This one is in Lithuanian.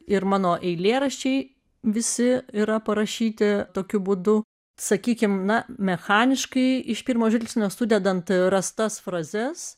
ir mano eilėraščiai visi yra parašyti tokiu būdu sakykim na mechaniškai iš pirmo žvilgsnio sudedant rastas frazes